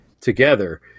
together